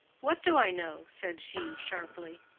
what do i know? said she, sharply.